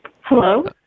Hello